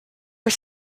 are